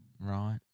Right